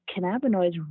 cannabinoids